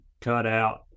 cutout